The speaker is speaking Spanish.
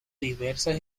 diversas